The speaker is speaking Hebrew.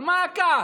על מה הכעס?